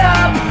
up